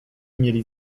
mieli